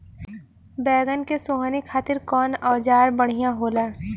बैगन के सोहनी खातिर कौन औजार बढ़िया होला?